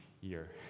year